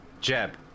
Jeb